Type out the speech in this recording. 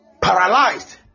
paralyzed